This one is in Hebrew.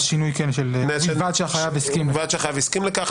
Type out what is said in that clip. בלבד שהחייב הסכים לכך.